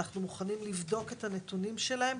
אנחנו מוכנים לבדוק את הנתונים שלהם,